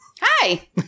hi